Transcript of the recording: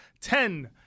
ten